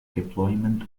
deployment